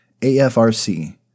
AFRC